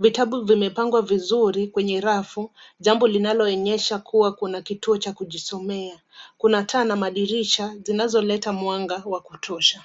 Vitabu vimepangwa vizuri, kwenye rafu jambo linaloonyesha kuwa kuna kituo cha kujisomea. Kuna taa na madirisha zinazoleta mwanga wakutosha.